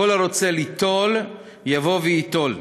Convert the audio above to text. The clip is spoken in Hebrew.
כל הרוצה ליטול, יבוא וייטול.